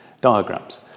diagrams